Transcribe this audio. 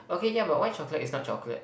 okay yeah but white chocolate is not chocolate